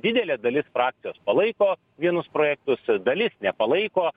didelė dalis frakcijos palaiko vienus projektus dalis nepalaiko